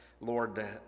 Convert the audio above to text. Lord